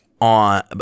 on